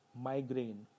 migraine